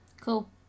Cool